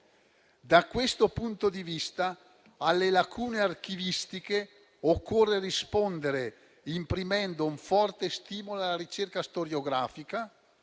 Da questo punto di vista alle lacune archivistiche occorre rispondere imprimendo un forte stimolo alla ricerca storiografica.